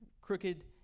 crooked